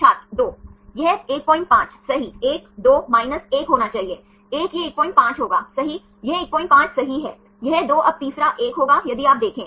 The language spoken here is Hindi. छात्र 2 यह 15 सही 1 2 1 होना चाहिए 1 यह 15 होगा सही यह 15 सही है यह 2 अब तीसरा 1 होगा यदि आप देखें